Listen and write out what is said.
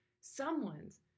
someone's